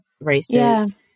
races